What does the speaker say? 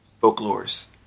Folklore's